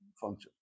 function